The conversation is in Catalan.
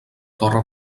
torre